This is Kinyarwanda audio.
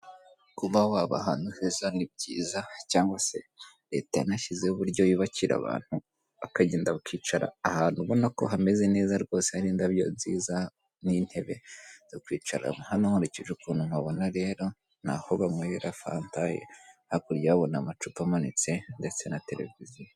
Kuba waba ahantu heza ni byiza cyangwa se leta yanashyizeho uburyo yubakira abantu, bakagenda bakicara ahantu ubona ko hameze neza rwose, hari indabyo nziza n'intebe zo kwicaraho. Hano nkurikije ukuntu mpabona rero, ni aho banywera fanta, hakurya urahabona amacupa amanitse ndetse na televiziyo.